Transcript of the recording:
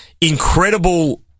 incredible